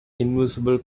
invisible